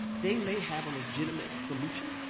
they may have a legitimate solution.